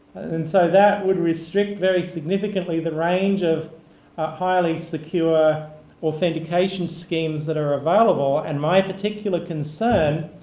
and so that would restrict very significantly the range of highly secure authentication schemes that are available, and my particular concern,